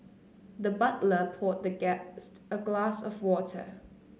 the butler poured the guest a glass of water